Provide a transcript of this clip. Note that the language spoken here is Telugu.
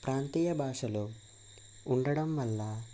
ప్రాంతీయ భాషలో ఉండడం వల్ల